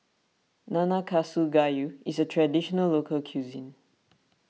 Nanakusa Gayu is a Traditional Local Cuisine